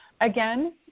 again